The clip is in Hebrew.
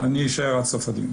עד סוף הדיון.